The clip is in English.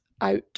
out